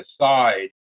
aside